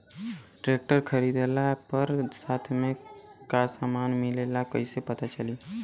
Tractor खरीदले पर साथ में का समान मिलेला कईसे पता चली?